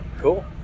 Cool